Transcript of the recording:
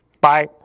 Bye